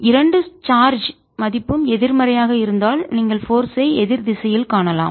இரண்டு சார்ஜ் மதிப்பும் எதிர்மறையாக இருந்தால் நீங்கள் போர்ஸ் ஐ எதிர் திசையில் காணலாம்